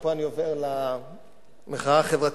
ופה אני עובר למחאה החברתית,